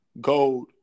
gold